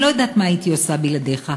אני לא יודעת מה הייתי עושה בלעדיך.